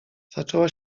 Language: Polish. zaczęła